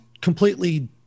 completely